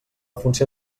funció